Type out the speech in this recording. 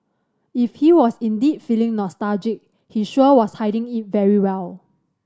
if he was indeed feeling nostalgic he sure was hiding it very well